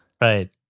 Right